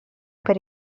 per